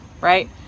right